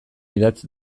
idatz